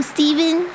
Steven